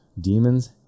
demons